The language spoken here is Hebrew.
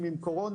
נו?